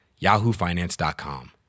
yahoofinance.com